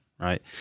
Right